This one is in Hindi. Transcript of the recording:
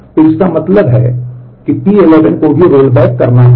तो इसका मतलब है कि T11 को भी रोलबैक करना होगा